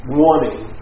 warning